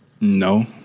No